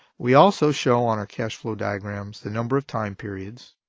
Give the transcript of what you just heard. we also show on our cash flow diagrams the number of time periods,